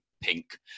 Pink